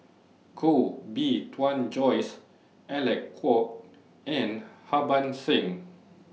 Koh Bee Tuan Joyce Alec Kuok and Harbans Singh